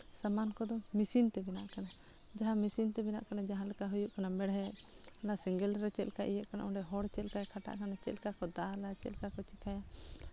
ᱥᱟᱢᱟᱱ ᱠᱚᱫᱚ ᱢᱮᱥᱤᱱ ᱛᱮ ᱵᱮᱱᱟᱜ ᱠᱟᱱᱟ ᱡᱟᱦᱟᱸ ᱞᱮᱠᱟ ᱦᱩᱭᱩᱜ ᱠᱟᱱᱟ ᱢᱮᱬᱦᱮᱫ ᱚᱱᱟ ᱥᱮᱸᱜᱮᱞ ᱨᱮ ᱪᱮᱫ ᱞᱮᱠᱟ ᱤᱭᱟᱹᱜ ᱠᱟᱱᱟ ᱚᱸᱰᱮ ᱦᱚᱲ ᱪᱮᱫ ᱞᱮᱠᱟᱭ ᱠᱷᱟᱴᱟᱜ ᱠᱟᱱᱟ ᱪᱮᱫ ᱞᱮᱠᱟ ᱠᱚ ᱫᱟᱞᱼᱟ ᱪᱮᱫ ᱞᱮᱠᱟ ᱠᱚ ᱪᱤᱠᱟᱹᱭᱟ